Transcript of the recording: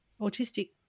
autistic